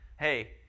hey